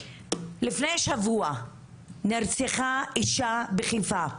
לפני שבוע נרצחה אישה בחיפה.